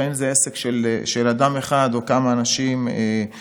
לפעמים זה עסק של אדם אחד או כמה אנשים פרטיים,